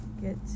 get